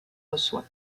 reçoit